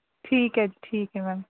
ਠੀਕ ਹੈ ਠੀਕ ਹੈ ਮੈਮ